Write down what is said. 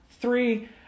Three